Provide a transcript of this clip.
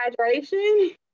hydration